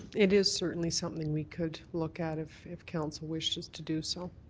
it is certainly something we could look at if if council wishes to do so.